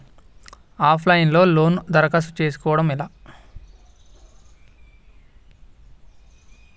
Of line లో loan దరఖాస్తు చేసుకోవడం ఎలా?